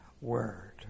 word